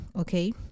okay